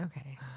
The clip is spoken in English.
Okay